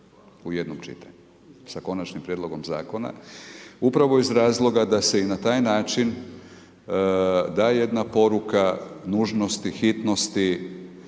u jednom čitanju sa konačnim prijedlogom zakona. Upravo iz razloga da se i na taj način da jedna poruka nužnosti, hitnosti,